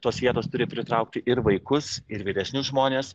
tos vietos turi pritraukti ir vaikus ir vyresnius žmones